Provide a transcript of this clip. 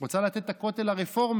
היא רוצה לתת את הכותל לרפורמים,